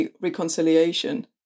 reconciliation